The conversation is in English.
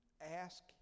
ask